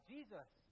Jesus